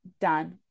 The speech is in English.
Done